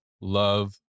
love